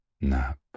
nap